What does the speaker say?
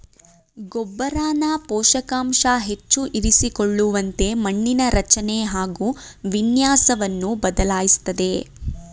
ಗೊಬ್ಬರನ ಪೋಷಕಾಂಶ ಹೆಚ್ಚು ಇರಿಸಿಕೊಳ್ಳುವಂತೆ ಮಣ್ಣಿನ ರಚನೆ ಹಾಗು ವಿನ್ಯಾಸವನ್ನು ಬದಲಾಯಿಸ್ತದೆ